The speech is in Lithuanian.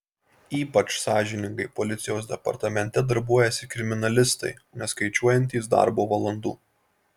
ypač sąžiningai policijos departamente darbuojasi kriminalistai neskaičiuojantys darbo valandų